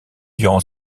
durant